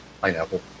pineapple